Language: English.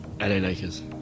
Lakers